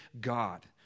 God